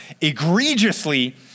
egregiously